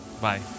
bye